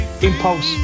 impulse